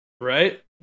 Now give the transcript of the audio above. Right